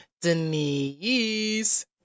Denise